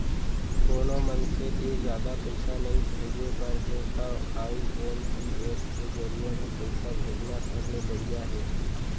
कोनो मनसे तीर जादा पइसा नइ भेजे बर हे तव आई.एम.पी.एस के जरिये म पइसा भेजना सबले बड़िहा हे